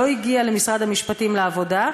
לא הגיע למשרד המשפטים לעבודה,